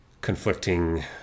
conflicting